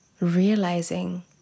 realizing